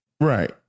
Right